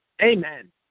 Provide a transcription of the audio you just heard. Amen